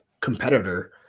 competitor